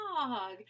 dog